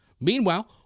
Meanwhile